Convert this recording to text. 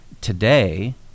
today